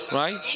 right